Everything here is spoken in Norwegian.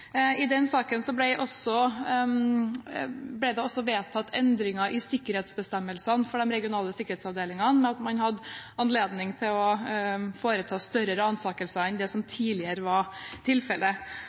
I den saken ble det også vedtatt endringer i sikkerhetsbestemmelsene for de regionale sikkerhetsavdelingene, ved at man hadde anledning til å foreta større ransakelser enn det som tidligere var tilfellet.